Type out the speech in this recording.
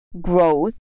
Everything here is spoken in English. growth